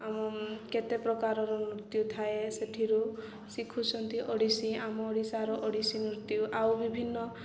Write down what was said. ଆଉ କେତେ ପ୍ରକାରର ନୃତ୍ୟ ଥାଏ ସେଠରୁ ଶିଖୁଛନ୍ତି ଓଡ଼ିଶୀ ଆମ ଓଡ଼ିଶାର ଓଡ଼ିଶୀ ନୃତ୍ୟ ଆଉ ବିଭିନ୍ନ